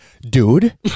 Dude